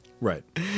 Right